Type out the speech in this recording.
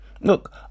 Look